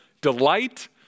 delight